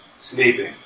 sleeping